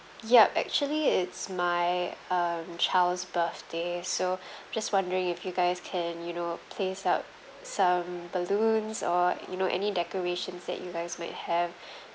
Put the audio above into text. yup actually it's my um child's birthday so just wondering if you guys can you know place up some balloons or you know any decorations that you guys might have